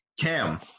Cam